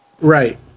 Right